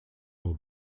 will